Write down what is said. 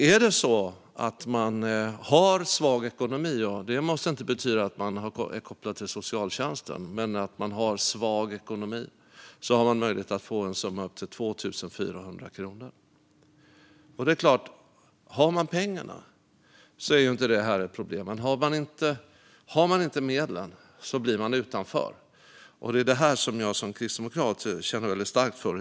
Är det så att man har svag ekonomi måste det inte betyda att man är kopplad till socialtjänsten. Men har man svag ekonomi har man möjlighet att få en summa på upp till 2 400 kronor. Har man pengarna är inte det här ett problem. Men har man inte medlen blir man utanför. Det är detta som jag som kristdemokrat känner väldigt starkt för.